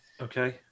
Okay